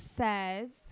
says